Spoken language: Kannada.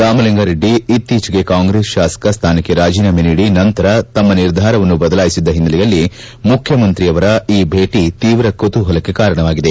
ರಾಮಲಿಂಗಾ ರೆಡ್ಡಿ ಇತ್ತೀಚೆಗೆ ಕಾಂಗ್ರೆಸ್ ಶಾಸಕ ಸ್ಥಾನಕ್ಷೆ ರಾಜೀನಾಮೆ ನೀಡಿ ನಂತರ ತಮ್ನ ನಿರ್ಧಾರವನ್ನು ಬದಲಾಯಿಸಿದ್ದ ಹಿನ್ನೆಲೆಯಲ್ಲಿ ಮುಖ್ಯಮಂತ್ರಿ ಈ ಭೇಟಿ ತೀವ್ರ ಕುತೂಹಲಕ್ಕೆ ಕಾರಣವಾಗಿದೆ